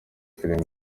filime